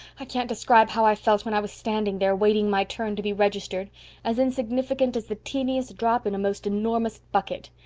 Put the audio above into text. i can't describe how i felt when i was standing there, waiting my turn to be registered as insignificant as the teeniest drop in a most enormous bucket.